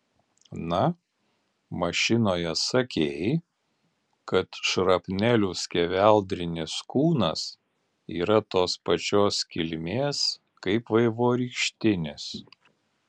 na mašinoje sakei kad šrapnelių skeveldrinis kūnas yra tos pačios kilmės kaip vaivorykštinis